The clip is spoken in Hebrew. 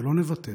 ולא נוותר